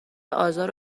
آزار